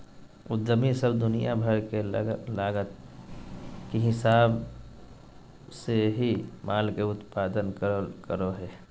उद्यमी सब दुनिया भर के लागत के हिसाब से ही माल के उत्पादन करो हय